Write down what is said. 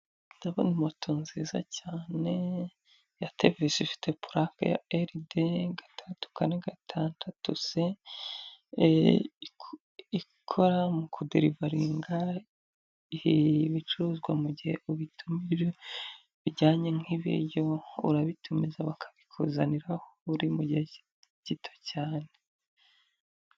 Ndabona moto nziza cyane ya Tevis ifite purake ya R D 656 C, ikora mu kuderivaringa ibicuruzwa mu gihe ubitumije, bijyanye nk'ibiryo, urabitumiza bakabikuzanira mu gihe gito cyane.